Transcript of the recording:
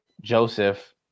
Joseph